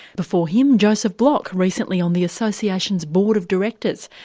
before him joseph bloch, recently on the association's board of directors,